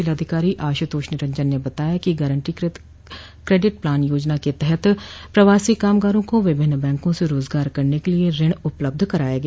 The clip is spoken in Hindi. जिलाधिकारी आशुतोष निरंजन ने बताया कि गारंटीकृत क्रेडिट प्लान योजना के तहत प्रवासी कामगारों को विभिन्न बैंका से रोजगार करने क लिये ऋण उपलब्ध कराया गया